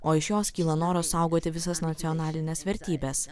o iš jos kyla noras saugoti visas nacionalines vertybes